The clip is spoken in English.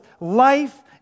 life